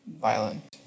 Violent